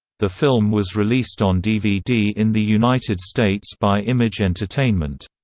the film was released on dvd in the united states by image entertainment.